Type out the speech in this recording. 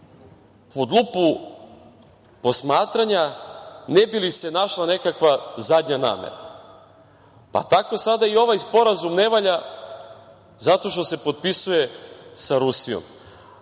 pod lupu posmatranja ne bi li se našla nekakva zadnja namera. Tako sada i ovaj Sporazum ne valja zato što se potpisuje sa Rusijom. Ja